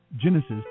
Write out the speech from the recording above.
Genesis